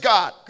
God